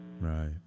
Right